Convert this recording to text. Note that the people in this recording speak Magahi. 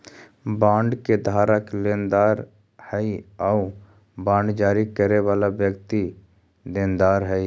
बॉन्ड के धारक लेनदार हइ आउ बांड जारी करे वाला व्यक्ति देनदार हइ